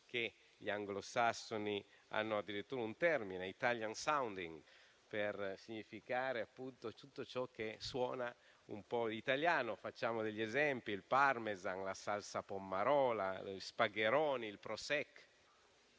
che gli anglosassoni hanno addirittura un termine, *italian sounding*, per significare appunto tutto ciò che suona un po' italiano. Facciamo degli esempi: il *parmesan*, la *salsa pomarola*, gli *spagheroni*, il